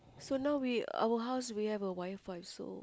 so now we our house we have a WiFi so